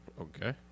Okay